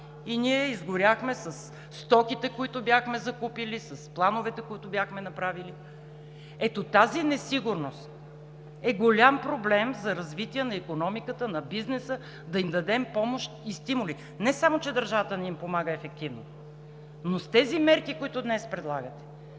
и ние изгоряхме със стоките, които бяхме закупили, с плановете, които бяхме направили.“ Ето тази несигурност е голям проблем за развитието на икономиката, на бизнеса да им дадем помощ и стимули. Не само че държавата не им помага ефективно, но с тези мерки, които днес предлагате,